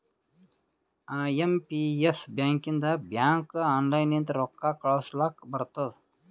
I M P S ಬ್ಯಾಕಿಂದ ಬ್ಯಾಂಕ್ಗ online ಲಿಂತ ರೊಕ್ಕಾ ಕಳೂಸ್ಲಕ್ ಬರ್ತುದ್